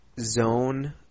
zone